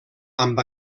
amb